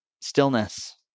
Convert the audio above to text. stillness